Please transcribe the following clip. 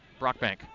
Brockbank